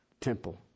temple